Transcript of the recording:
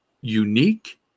unique